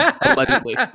Allegedly